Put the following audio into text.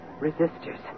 resistors